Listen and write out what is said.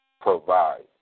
provide